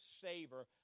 savor